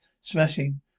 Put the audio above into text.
Smashing